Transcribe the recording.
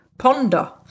ponder